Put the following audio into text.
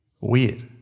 Weird